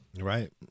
Right